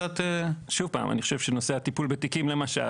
אני חושב שנושא הטיפול בתיקים למשל,